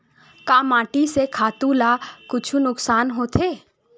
का माटी से खातु ला कुछु नुकसान होथे?